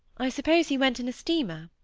i suppose he went in a steamer